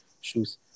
shoes